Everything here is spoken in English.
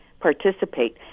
participate